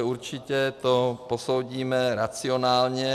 Určitě to posoudíme racionálně.